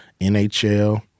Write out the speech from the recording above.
NHL